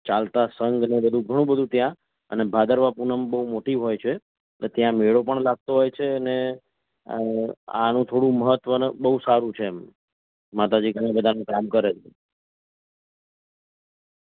ચાલતા સંઘ ને બધું ઘણું બધું ત્યાં અને ભાદરવા પૂનમ બહુ મોટી હોય છે એટલે ત્યાં મેળો પણ લાગતો હોય છે અને આનું થોડું મહત્વ બહુ સારું છે એમ માતાજી ઘણાં બધાનું કામ કરે છે